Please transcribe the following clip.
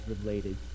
related